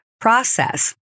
process